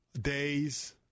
days